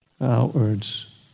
outwards